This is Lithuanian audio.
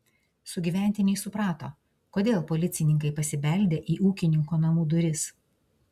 sugyventiniai suprato kodėl policininkai pasibeldė į ūkininko namų duris